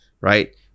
right